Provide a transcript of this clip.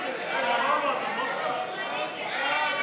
סעיף תקציבי 27,